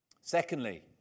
Secondly